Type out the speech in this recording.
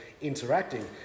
interacting